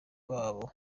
rwabo